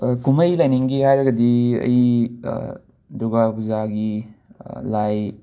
ꯀꯨꯝꯃꯩ ꯂꯥꯏꯅꯤꯡꯒꯤ ꯍꯥꯏꯔꯒꯗꯤ ꯑꯩ ꯗꯨꯔꯒꯥ ꯕꯨꯖꯥꯒꯤ ꯂꯥꯏ